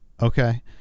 okay